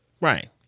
Right